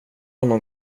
honom